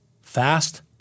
Fast